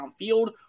downfield